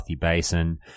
basin